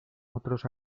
otros